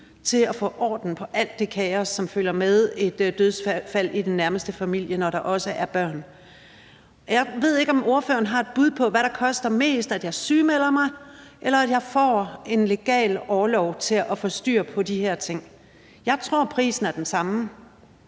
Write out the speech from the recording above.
til at få orden på alt det kaos, som følger med et dødsfald i den nærmeste familie, når der også er børn. Jeg ved ikke, om ordføreren har et bud på, hvad der koster mest: at jeg sygemelder mig, eller at jeg bare får en legal orlov til at få styr på de her ting. Jeg tror, at prisen er den samme.